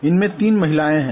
इनमें तीन महिलाएँ है